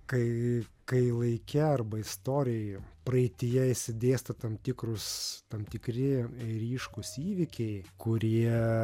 kai kai laike arba istorijoj praeityje išsidėsto tam tikrus tam tikri ryškūs įvykiai kurie